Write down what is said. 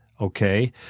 Okay